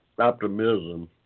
optimism